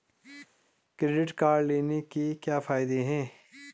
Credit card लेने के क्या फायदे हैं?